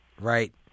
Right